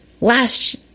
Last